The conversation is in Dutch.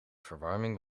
verwarming